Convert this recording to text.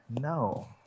no